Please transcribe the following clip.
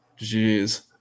Jeez